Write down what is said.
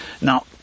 Now